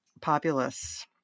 populists